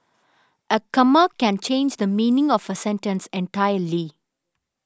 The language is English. a comma can change the meaning of a sentence entirely